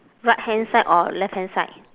right hand side or left hand side